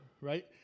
right